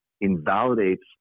invalidates